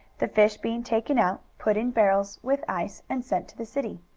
the fish being taken out, put in barrels, with ice, and sent to the city.